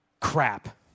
crap